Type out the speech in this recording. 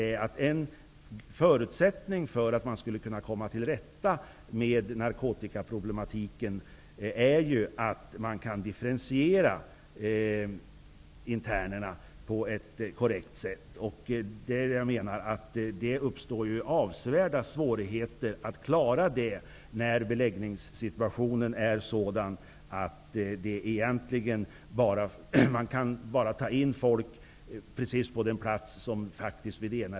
En förutsättning för att man skall kunna komma till rätta med narkotikaproblematiken är en korrekt differentiering av internerna. Det uppstår ju avsevärda svårigheter att göra denna differentiering, när beläggningssituationen är sådan att man bara kan ta in folk till den plats som händelsevis finns.